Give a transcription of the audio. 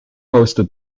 hosted